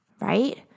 right